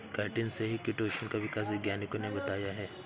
chitin से ही chitosan का विकास वैज्ञानिकों ने बताया है